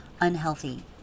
unhealthy